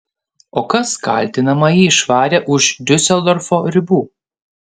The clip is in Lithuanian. o kas kaltinamąjį išvarė už diuseldorfo ribų